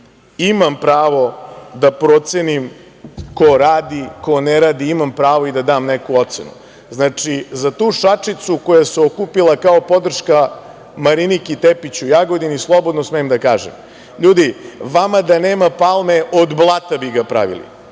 imam pravo da procenim ko radi, ko ne radi, imam pravo i da dam neku ocenu. Za tu šačicu koja se okupila kao podrška Mariniki Tepić u Jagodini, slobodno smem da kažem da vam nema Palme od blata bi ga pravili. Znači